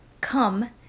come